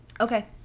Okay